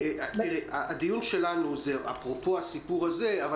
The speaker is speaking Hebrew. הדיון שלנו הוא אפרופו הסיפור הזה אבל